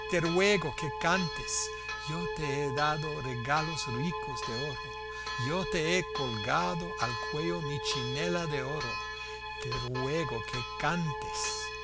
cantes yo te he dado regalos ricos de oro yo te he colgado al cuello mi chinela de oro te ruego que cantes